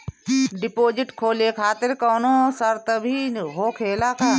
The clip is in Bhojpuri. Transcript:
डिपोजिट खोले खातिर कौनो शर्त भी होखेला का?